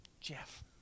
Jeff